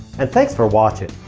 and thanks for watching.